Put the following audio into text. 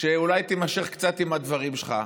שאולי תמשיך קצת את הדברים שלך.